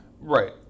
right